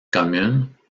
communes